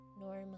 normally